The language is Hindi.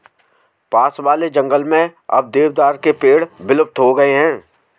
पास वाले जंगल में अब देवदार के पेड़ विलुप्त हो गए हैं